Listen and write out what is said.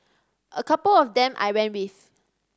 a couple of them I ran with